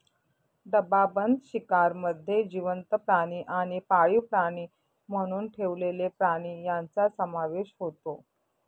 डबाबंद शिकारमध्ये जिवंत प्राणी आणि पाळीव प्राणी म्हणून ठेवलेले प्राणी यांचा समावेश होतो